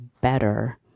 better